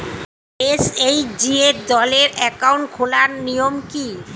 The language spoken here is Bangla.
এস.এইচ.জি দলের অ্যাকাউন্ট খোলার নিয়ম কী?